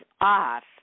off